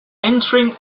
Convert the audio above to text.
entering